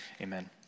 Amen